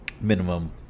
minimum